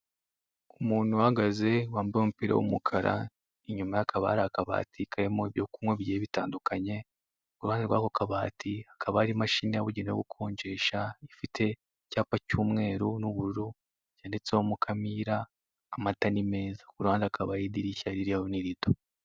Umuntu uhagaze wambaye umupira w'umukara inyuma ye hakaba hari akabati karimo ibyo kunywa bigiye bitandukanye, ku ruhande rw'ako kabati hakaba hari imashini yabugenewe yo gukonjesha ifite icyapa cy'umweru n'ubururu cyanditseho Mukamira amata ni meza kuruhande hakabaho n'idirishya ririho n'irido.